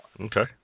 Okay